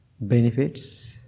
benefits